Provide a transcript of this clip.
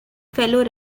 fellow